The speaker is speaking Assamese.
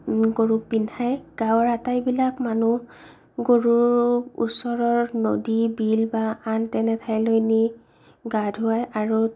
গৰুক পিন্ধাই গাঁৱৰ আটাইবিলাক মানুহ গৰুক ওচৰৰ নদী বিল বা আন তেনে ঠাইলৈ নি গা ধোৱায় আৰু